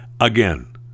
again